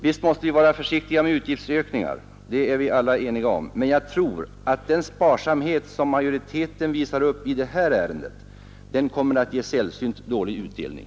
Visst måste vi vara försiktiga med utgiftsökningar, det är vi alla eniga Bidrag till Centralom, men jag tror att den sparsamhet som majoriteten visar upp i detta förbundet för ärende kommer att ge sällsynt dålig utdelning.